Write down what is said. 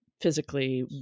physically